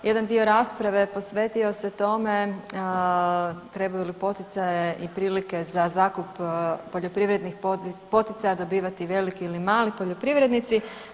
Jedan dio rasprave posvetio se tome trebaju li poticaje i prilike za zakup poljoprivrednih poticaja dobivati veliki ili mali poljoprivrednici.